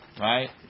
Right